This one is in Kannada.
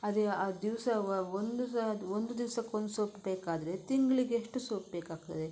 ಅದೇ ದಿವಸ ಒಂದು ಸ ಒಂದು ದಿವ್ಸಕ್ಕೆ ಒಂದು ಸೋಪು ಬೇಕಾದರೆ ತಿಂಗ್ಳಿಗೆ ಎಷ್ಟು ಸೋಪ್ ಬೇಕಾಗ್ತದೆ